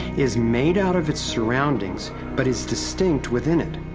is made out of its surroundings but is distinct within it.